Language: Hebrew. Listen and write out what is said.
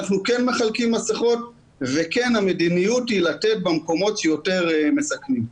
אנחנו כן מחלקים מסכות והמדיניות היא לתת במקומות שיותר מסכנים.